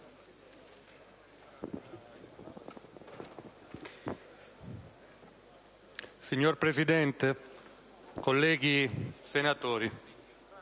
signora Presidente, colleghi senatori